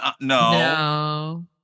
no